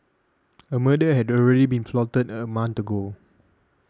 a murder had already been plotted a month ago